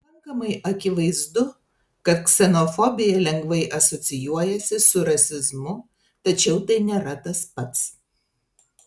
pakankamai akivaizdu kad ksenofobija lengvai asocijuojasi su rasizmu tačiau tai nėra tas pats